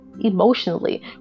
emotionally